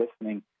listening